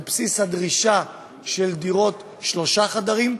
על בסיס הדרישה לדירות שלושה חדרים.